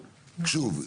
שוב,